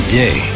day